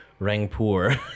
Rangpur